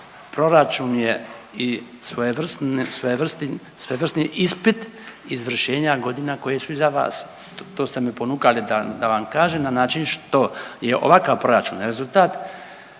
proračun je i svojevrsni ispit izvršenja godina koje su iza vas. To ste me ponukali da, da vam kažem na način što je ovakav proračun rezultat